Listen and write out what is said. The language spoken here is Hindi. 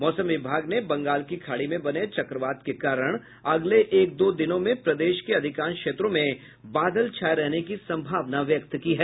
मौसम विभाग ने बंगाल की खाड़ी में बने चक्रवात के कारण एक दो दिनों में प्रदेश के अधिकांश क्षेत्रों में बादल छाये रहने की संभावना व्यक्त की है